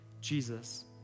Jesus